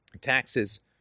taxes